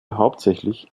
hauptsächlich